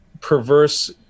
perverse